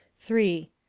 three.